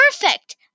Perfect